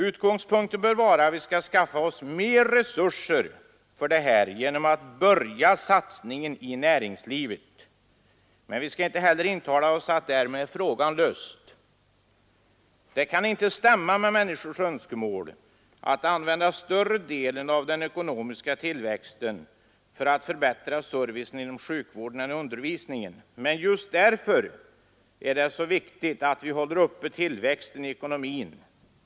Utgångspunkten bör vara att vi skall skaffa oss mer resurser för uppgifterna genom att börja satsningen i näringslivet. Men vi skall inte heller intala oss att därmed är frågan löst. Det kan inte stämma med människors önskemål att använda större delen av den ekonomiska tillväxten för att förbättra servicen inom sjukvården eller undervisningen. Men just därför är det så viktigt att vi håller uppe tillväxten i ekonomin.